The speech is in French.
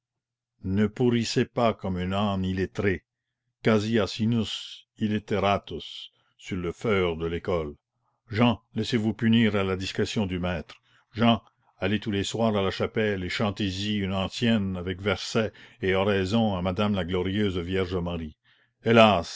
ne pourrissez pas comme un âne illettré quasi asinus illitteratus sur le feurre de l'école jehan laissez-vous punir à la discrétion du maître jehan allez tous les soirs à la chapelle et chantez y une antienne avec verset et oraison à madame la glorieuse vierge marie hélas